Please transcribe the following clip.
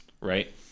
Right